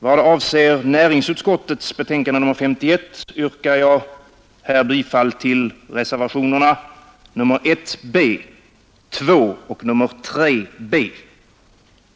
Vad avser näringsutskottets betänkande nr 51 yrkar jag här bifall till reservationerna 1 b, 2 och 3 b.